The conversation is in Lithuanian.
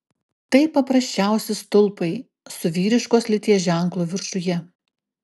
tai paprasčiausi stulpai su vyriškos lyties ženklu viršuje